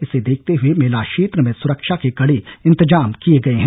इसे देखते हुए मेला क्षेत्र में सुरक्षा के कड़े इंतजाम किये गए हैं